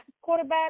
quarterback